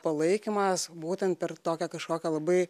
palaikymas būtent per tokią kažkokią labai